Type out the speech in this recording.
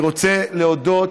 אני רוצה להודות